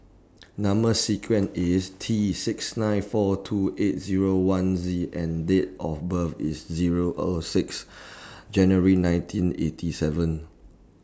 Number sequence IS T six nine four two eight Zero one Z and Date of birth IS Zero O six January nineteen eighty seven